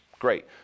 great